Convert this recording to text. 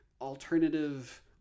alternative